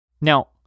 Now